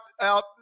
out